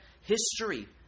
history